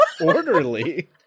orderly